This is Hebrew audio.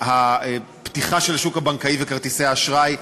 הפתיחה של השוק הבנקאי וכרטיסי האשראי,